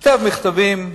כותב מכתבים,